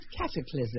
cataclysm